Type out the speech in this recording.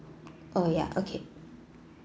oh ya okay